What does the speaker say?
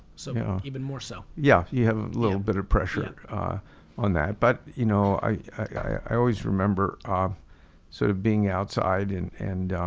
so even more so. yeah you have a little bit of pressure on that. but you know i always remember um sort of being outside and and